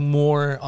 more